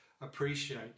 appreciate